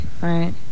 right